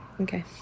Okay